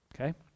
Okay